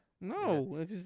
No